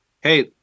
hey